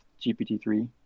GPT-3